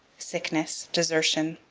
sickness, desertion,